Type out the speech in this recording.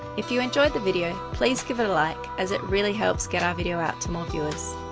if you enjoyed the video, please give it a like as it really helps get our video out to more viewers.